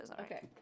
okay